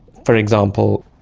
for example,